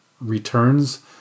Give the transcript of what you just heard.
returns